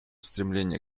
стремление